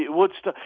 woodstock.